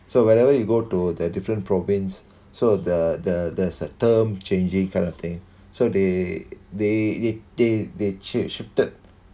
so wherever you go to the different province so the the the term changing kind of thing so they they they they change